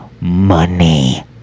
money